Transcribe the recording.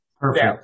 Perfect